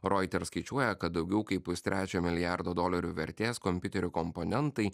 reuters skaičiuoja kad daugiau kaip pustrečio milijardo dolerių vertės kompiuterių komponentai